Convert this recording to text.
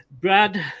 Brad